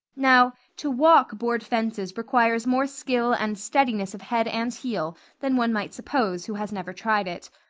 now, to walk board fences requires more skill and steadiness of head and heel than one might suppose who has never tried it.